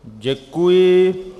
Děkuji.